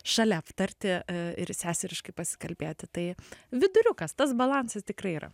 šalia aptarti ir seseriškai pasikalbėti tai viduriukas tas balansas tikrai yra